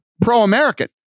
pro-American